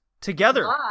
together